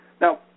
Now